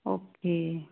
okay